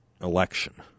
election